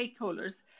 stakeholders